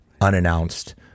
unannounced